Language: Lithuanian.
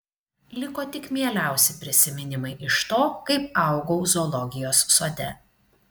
liko tik mieliausi prisiminimai iš to kaip augau zoologijos sode